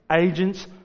agents